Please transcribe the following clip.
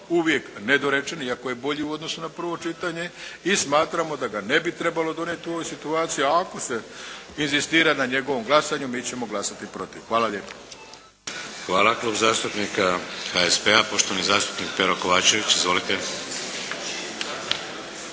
uvijek nedorečen iako je bolji u odnosu na prvo čitanje i smatramo da ga ne bi trebalo donijeti u ovoj situaciji, a ako se inzistira na njegovom glasanju mi ćemo glasati protiv. Hvala lijepa. **Šeks, Vladimir (HDZ)** Hvala. Klub zastupnika HSP-a poštovani zastupnik Pero Kovačević. Izvolite.